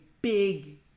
big